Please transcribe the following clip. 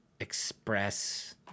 express